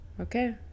okay